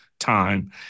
time